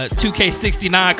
2K69